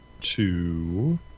Two